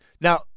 Now